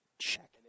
check